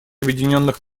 объединенных